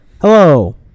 Hello